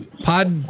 Pod